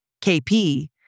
KP